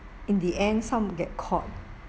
in the end some get caught